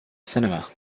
cinema